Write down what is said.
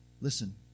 Listen